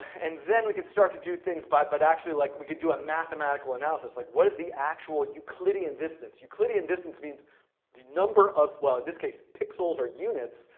and then we could start to do things by, but actually like, we could do a mathematical analysis. like what is the actual euclidean distance. euclidean distance means the number of, well in this case pixels or units,